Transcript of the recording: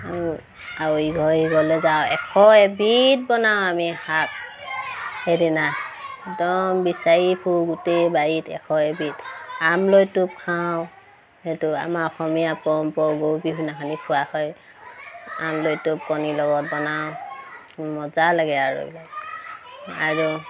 আও ইঘৰ সিঘৰলৈ যাওঁ এশ এবিধ বনাওঁ আমি শাক সেইদিনা একদম বিচাৰি ফুৰি গোটেই বাৰীত এশ এবিধ আমলৈটোপ খাওঁ সেইটো আমাৰ অসমীয়া পৰম্পৰা গৰু বিহুদিনাখনি খোৱা হয় আমলৈটোপ কণীৰ লগত বনাওঁ মজা লাগে আৰু এইবিলাক আৰু